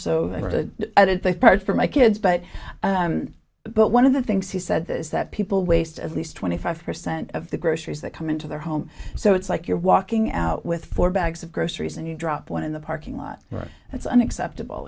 did the part for my kids but but one of the things he said this is that people waste at least twenty five percent of the groceries that come into their home so it's like you're walking out with four bags of groceries and you drop one in the parking lot right that's unacceptable